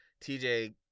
TJ